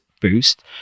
boost